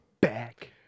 back